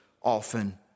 often